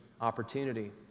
opportunity